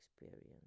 experience